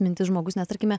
mintis žmogus nes tarkime